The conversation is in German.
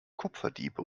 kupferdiebe